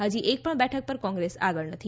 હજી એકપણ બેઠક પર કોંગ્રેસ આગળ નથી